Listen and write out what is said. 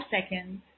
seconds